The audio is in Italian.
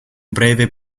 breve